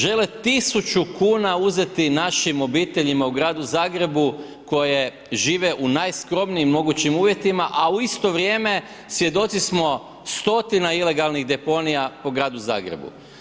Žele 1000 kuna uzeti našim obiteljima u gradu Zagrebu koje žive u najskromnijim mogućim uvjetima a u isto vrijeme svjedoci smo stotina ilegalnih deponija po gradu Zagrebu.